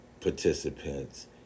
participants